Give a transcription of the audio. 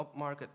upmarket